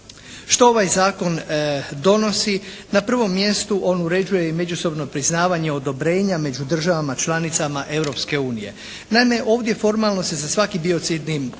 Što ovaj zakon donosi? Na prvom mjestu on uređuje i međusobno priznavanje odobrenja među državama članicama Europske unije. Naime, ovdje formalno se za svaki biocidni